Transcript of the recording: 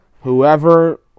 whoever